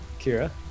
Kira